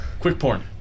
Quickporn